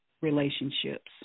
relationships